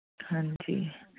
ਹਾਂਜੀ